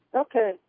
Okay